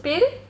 பேரு:peru